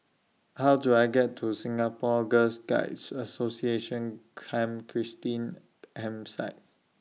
How Do I get to Singapore Girls Guides Association Camp Christine Campsite